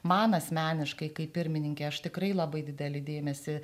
man asmeniškai kaip pirmininkei aš tikrai labai didelį dėmesį